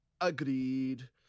Agreed